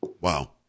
Wow